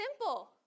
simple